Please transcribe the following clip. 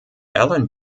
allen